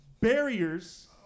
barriers